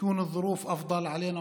יהיו הנסיבות טובות יותר,